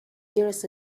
years